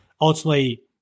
ultimately